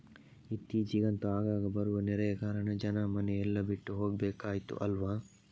ಇತ್ತೀಚಿಗಂತೂ ಆಗಾಗ ಬರುವ ನೆರೆಯ ಕಾರಣ ಜನ ಮನೆ ಎಲ್ಲ ಬಿಟ್ಟು ಹೋಗ್ಬೇಕಾಯ್ತು ಅಲ್ವಾ